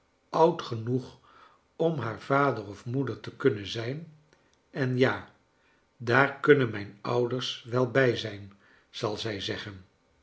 oud genoeg om haar vader of moeder te kunnen zijn en ja daar kunnen mijn ouders wel bij zijn zal zij zeggen